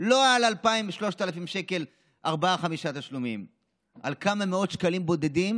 לא 2,000 או 3,000 שקל אלא על כמה מאות שקלים בודדים,